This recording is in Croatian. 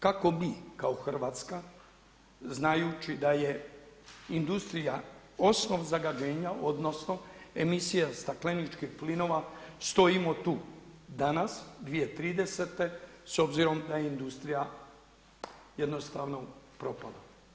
Kako mi kao Hrvatska znajući da je industrija osnov zagađenja, odnosno emisija stakleničkih plinova stojimo tu danas 2030. s obzirom da je industrija jednostavno propala.